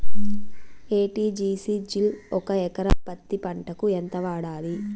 ఎ.టి.జి.సి జిల్ ఒక ఎకరా పత్తి పంటకు ఎంత వాడాలి?